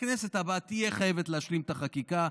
הכנסת הבאה תהיה חייבת להשלים את החקיקה,